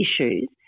issues